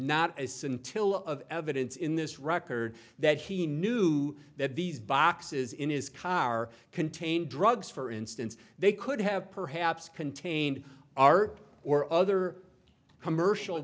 not as scintilla of evidence in this record that he knew that these boxes in his car contained drugs for instance they could have perhaps contained art or other commercial